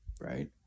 right